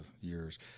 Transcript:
years